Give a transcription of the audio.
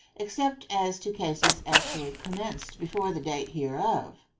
except as to cases actually commenced before the date hereof.